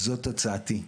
זאת הצעתי,